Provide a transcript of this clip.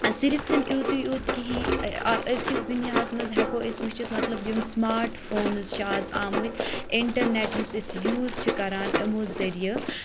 صِرِف چھنہٕ یِتھُے یوت کہیٖنۍ أزکِس دُنٛیاہَس منٛز ہؠکو أسۍ وٕچھِتھ مَطلَب یِم سٕماٹ فونٕز چھِ آز آمٕتۍ اِنٹَرنؠٹ یُس أسۍ یوٗز چھِ کَران یِمو ذٔریعہِ